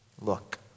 Look